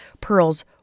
pearls